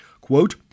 Quote